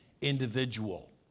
individual